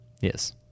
yes